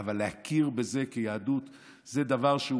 אבל להכיר בזה כיהדות זה דבר שהוא